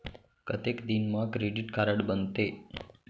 कतेक दिन मा क्रेडिट कारड बनते?